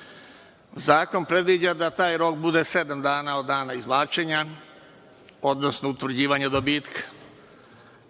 sreću. Zakon predviđa da taj rok bude sedam dana od dana izvlačenja, odnosno utvrđivanja dobitka.